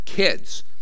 Kids